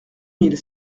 mille